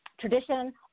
tradition